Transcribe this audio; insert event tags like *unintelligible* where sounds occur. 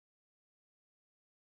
*unintelligible*